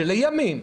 שלימים,